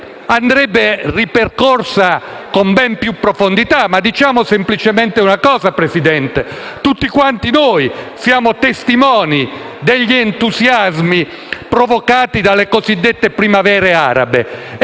andrebbe ripercorsa con maggiore profondità. Ma diciamo semplicemente una cosa, signor Presidente, tutti noi siamo stati testimoni degli entusiasmi provocati dalle cosiddette primavere arabe